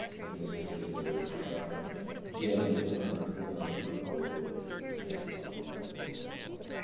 and this will be another gem in our in our portfolio of protected properties in the lower platte valley.